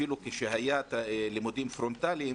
אפילו כשהיו לימודים פרונטליים,